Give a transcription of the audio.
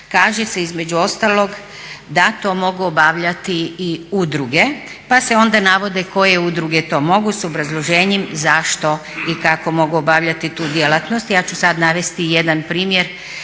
kaže se između ostalog da to mogu obavljati i udruge, pa se onda navode koje udruge to mogu sa obrazloženjem zašto i kako mogu obavljati tu djelatnost. Ja ću sada navesti jedan primjer,